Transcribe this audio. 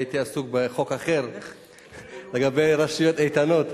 הייתי עסוק בחוק אחר לגבי רשויות איתנות,